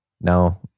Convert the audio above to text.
Now